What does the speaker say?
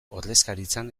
ordezkaritzan